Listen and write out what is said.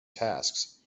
tasks